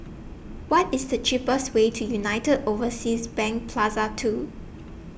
What IS The cheapest Way to United Overseas Bank Plaza two